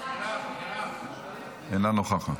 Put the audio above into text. אינה נוכחת.